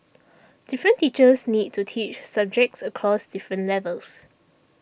different teachers need to teach subjects across different levels